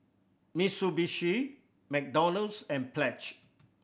Mitsubishi McDonald's and Pledge